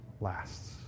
lasts